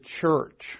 church